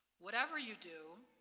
whatever you do,